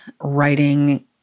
writing